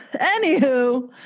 anywho